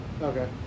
Okay